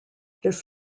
this